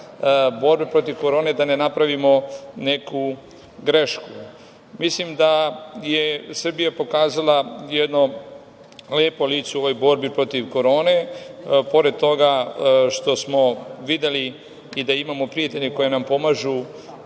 borbe protiv Korone da ne napravimo neku grešku. Mislim da je Srbija pokazala jedno lepo lice u ovoj borbi protiv korone. Pored toga što smo videli i da imamo prijatelje koji nam pomažu